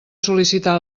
sol·licitar